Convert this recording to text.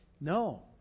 No